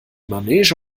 manege